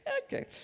Okay